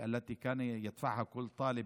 כל סטודנט